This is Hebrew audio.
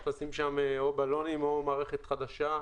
צריך לשים שם בלונים או מערכת חדשה.